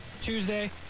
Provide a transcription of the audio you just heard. Tuesday